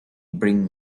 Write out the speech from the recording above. bring